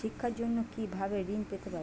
শিক্ষার জন্য কি ভাবে ঋণ পেতে পারি?